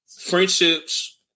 friendships